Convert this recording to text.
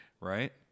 Right